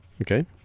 Okay